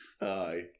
Aye